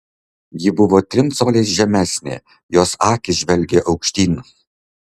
ji buvo trim coliais žemesnė jos akys žvelgė aukštyn